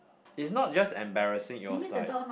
it's not just embarrassing it was like